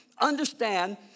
understand